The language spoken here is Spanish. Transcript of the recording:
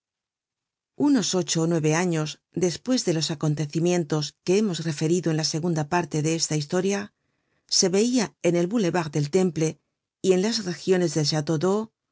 unos ocho ó nueve años despues de los acontecimientos que hemos referido en la segunda parte de esta historia se veia en el boulevard del temple y en las regiones del